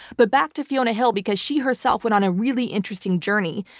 but back to fiona hill, because she herself went on a really interesting journey.